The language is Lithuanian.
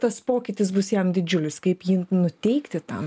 tas pokytis bus jam didžiulis kaip jį nuteikti tam